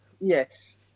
yes